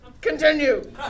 Continue